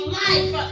life